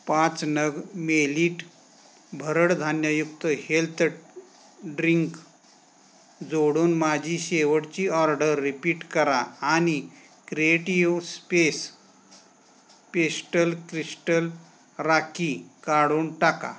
पाच नग मेलिट भरडधान्ययुक्त हेल्थ ड्रिंक जोडून माझी शेवटची ऑर्डर रिपीट करा आणि creative space pastel crystal rakhi काढून टाका